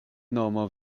nomo